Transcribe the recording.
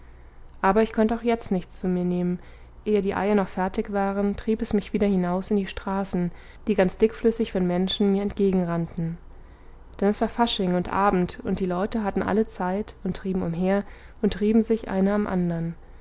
aber ich konnte auch jetzt nichts zu mir nehmen ehe die eier noch fertig waren trieb es mich wieder hinaus in die straßen die ganz dickflüssig von menschen mir entgegenrannen denn es war fasching und abend und die leute hatten alle zeit und trieben umher und rieben sich einer am andern